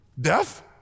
Death